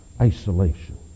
isolation